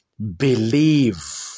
Believe